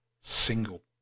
single